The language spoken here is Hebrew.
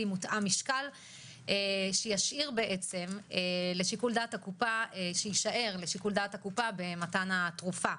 מותאם משקל שיישאר לשיקול דעת הקופה במתן התרופה.